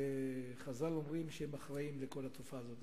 וחז"ל אומרים, שהם אחראים לכל התופעה הזאת.